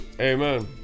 Amen